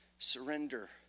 surrender